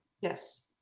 yes